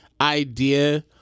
idea